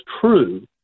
true